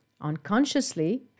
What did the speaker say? unconsciously